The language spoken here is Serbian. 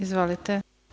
Izvolite.